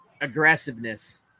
aggressiveness